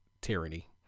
tyranny